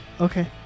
okay